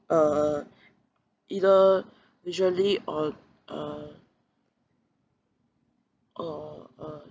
uh either visually or uh or uh